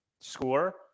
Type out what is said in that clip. score